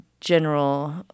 general